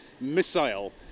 missile